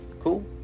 Cool